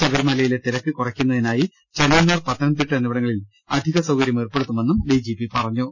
ശബരിമലയിലെ തിരക്ക് കുറക്കുന്നതിനായി ചെങ്ങന്നൂർ പത്ത നംതിട്ട എന്നിവിടങ്ങളിൽ അധിക സൌകര്യ ഏർപ്പെടുത്തുമെന്നും ഡിജിപി പറഞ്ഞു